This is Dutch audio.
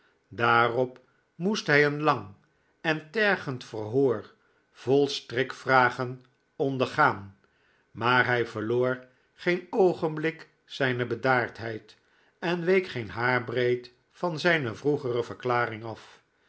daarop moest hij een lang en tergend verhoor vol strikvragen ondergaan maar hij verloor geen oogenblik zijne bedaardheid en week geen haarbreed van zijne vroegere verklaring af